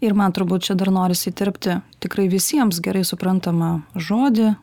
ir man turbūt čia dar norisi įterpti tikrai visiems gerai suprantama žodį